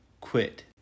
quit